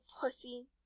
pussy